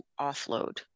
offload